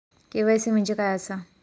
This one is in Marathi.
के.वाय.सी म्हणजे काय आसा?